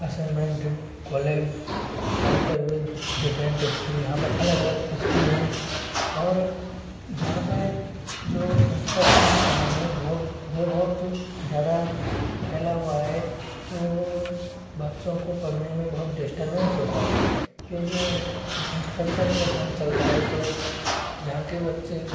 assignment है collab alter with different school यहाँ पर अलग अलग स्कूल हैं और यहाँ पर जो कंस्ट्रक्शन का काम है बहुत वह बहुत ज्यादा फैला हुआ है तो बच्चों को पढ़ने में बहुत डिस्टर्बेंस होता है क्योंकि यहाँ कंस्ट्रक्शन का काम चलता है तो यहाँ के बच्चे